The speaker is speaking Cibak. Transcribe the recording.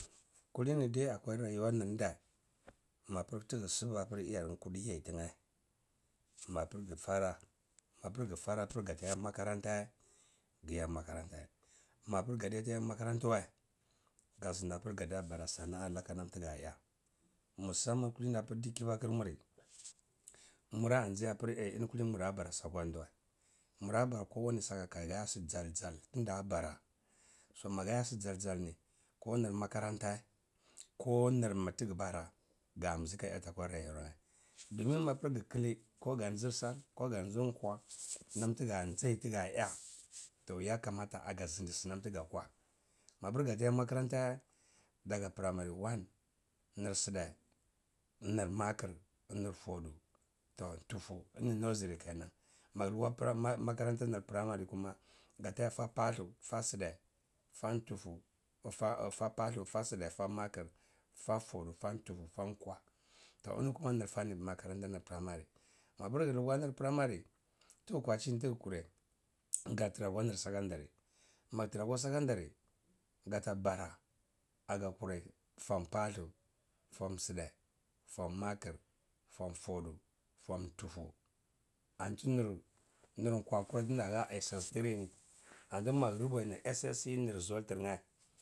Kulmi dai akwa ndeh, mapir tigi siba iyar ye kuti ye tinye mapir gfara mapir gf ara apir gateh yeh makaranta gya makarante mapir gtitayeh makarantiwa ga zindi sana’a laka aga ya musan-man kulini apir dir-kibukur mur mura ji apir eh eni kulini mura bara wa mura bara kowaneh saka ah gayea saka gal jal tida bara so maga ya su jal jal ni, ko nir makaranta, konir mitigbara gamizi aya nyati akwa rayuwar domin mapingi kili, ko ganzi zir sal ko kazi kwa naun tiga nzai tiga yah toh yakama agadi sinam tiga kwa mapir gateh yah makaranta daga primary one nir si de nir maker nir fodu nir tufu eni nursery kenan magi lukwa primary makaranta nir primary kuma gata nya fa pultu, fa si de fa tufu fa palhi, fa si de fa maker fa fodu fa tufu fa kwa toh eni kuma nir fanin makaranta nir primary, mapir glukwa nir primary, tigkwa chini tigkwurai ga tara akwa nir sakandareh ma gi tara akwa sakandareh, gata bara aga kurai fom pathu fom side fom maker fom fodu fom tufu anti nir kwa nan tidahah ss3 ni anti magi rubai ssce result nyeh.